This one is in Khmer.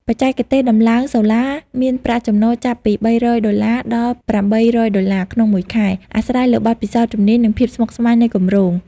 អ្នកបច្ចេកទេសដំឡើងសូឡាមានប្រាក់ចំណូលចាប់ពី ៣០០ ដុល្លារ ដល់ ៨០០ ដុល្លារ ក្នុងមួយខែ អាស្រ័យលើបទពិសោធន៍ជំនាញ និងភាពស្មុគស្មាញនៃគម្រោង។